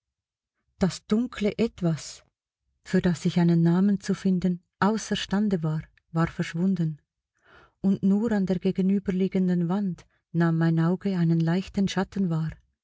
das dunkle etwas für das ich einen namen zu finden außerstande war war verschwunden und nur an der gegenüberliegenden wand nahm mein auge einen leichten schatten wahr